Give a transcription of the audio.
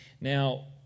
Now